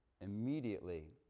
Immediately